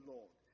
Lord